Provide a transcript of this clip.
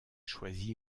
choisi